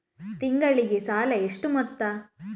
ತಿಂಗಳಿಗೆ ಸಾಲ ಎಷ್ಟು ಮೊತ್ತ?